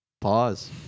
Pause